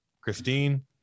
Christine